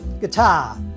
Guitar